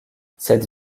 cette